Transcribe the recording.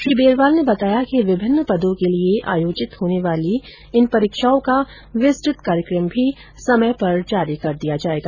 श्री बेरवाल ने बताया कि विभिन्न पदों के लिए आयोजित होने वाली इन परीक्षाओं का विस्तृत कार्यक्रम भी समय पर जारी कर दिया जाएगा